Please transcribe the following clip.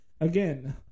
again